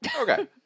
Okay